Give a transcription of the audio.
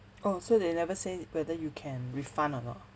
oh so they never say whether you can refund or not